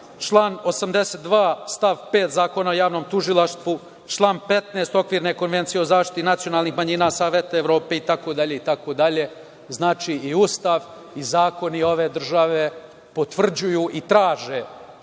član 82. stav 5. Zakona o javnom tužilaštvu, član 15. Okvirne konvencije o zaštiti nacionalnih manjina Saveta Evrope itd. itd. Ustav i zakoni ove države potvrđuju i traže